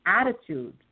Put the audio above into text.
attitude